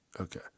okay